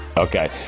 Okay